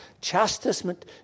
Chastisement